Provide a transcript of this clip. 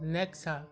Nexa